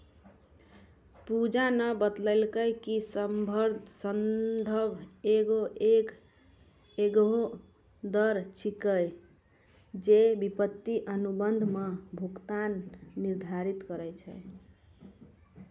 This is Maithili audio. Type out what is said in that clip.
पूजा न बतेलकै कि संदर्भ दर एक एहनो दर छेकियै जे वित्तीय अनुबंध म भुगतान निर्धारित करय छै